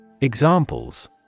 Examples